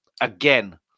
Again